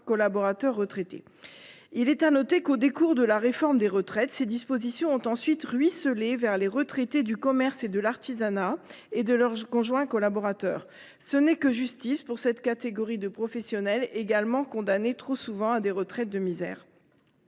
collaborateurs retraités. Il convient de noter que, au détour de la réforme des retraites, ces dispositions ont ensuite ruisselé vers les retraités du commerce et de l’artisanat et de leurs conjoints collaborateurs. Ce n’est que justice pour cette catégorie de professionnels, eux aussi trop souvent condamnés à des retraites de misère.